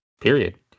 Period